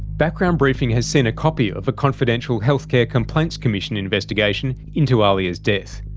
background briefing has seen a copy of a confidential health care complaints commission investigation into ahlia's death.